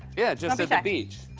yeah, just at the beach.